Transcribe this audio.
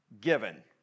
given